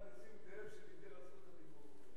אנחנו בעד נסים זאב, שוויתר על זכות הדיבור.